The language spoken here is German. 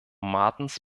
martens